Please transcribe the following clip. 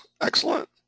Excellent